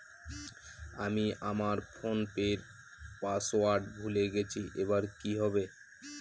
আমি আমার ফোনপের পাসওয়ার্ড ভুলে গেছি এবার কি হবে?